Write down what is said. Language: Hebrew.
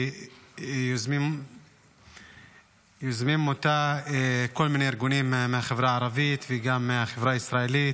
שיוזמים אותה כל מיני ארגונים מהחברה הערבית וגם מהחברה הישראלית,